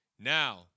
Now